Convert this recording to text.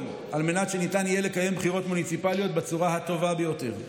על מנת שניתן יהיה לקיים בחירות מוניציפליות בצורה הטובה ביותר.